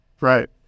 Right